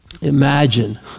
Imagine